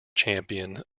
champion